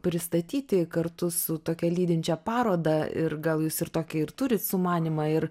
pristatyti kartu su tokia lydinčia paroda ir gal jūs ir tokį ir turit sumanymą ir